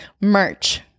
Merch